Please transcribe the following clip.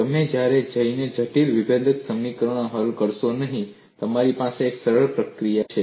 તમે ક્યારેય જઇને જટિલ વિભેદક સમીકરણ હલ કરશો નહીં તમારી પાસે એક સરળ પ્રક્રિયા છે